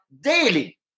daily